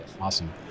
Awesome